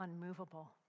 unmovable